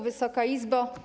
Wysoka Izbo!